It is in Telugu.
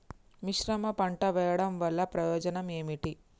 మిశ్రమ పంట వెయ్యడం వల్ల ప్రయోజనం ఏమిటి?